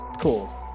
Cool